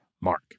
mark